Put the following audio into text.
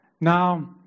Now